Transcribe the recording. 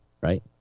right